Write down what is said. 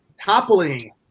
toppling